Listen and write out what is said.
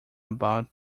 about